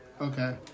Okay